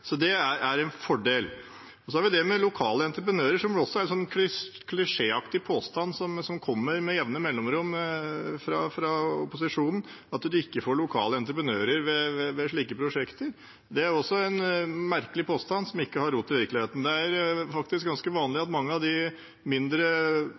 Så det er en fordel. Så har vi det med lokale entreprenører, som også er en klisjéaktig påstand som kommer med jevne mellomrom fra opposisjonen, at du ikke får lokale entreprenører ved slike prosjekter. Det er også en merkelig påstand som ikke har rot i virkeligheten. Det er faktisk ganske vanlig